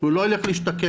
הוא לא יילך להשתקם,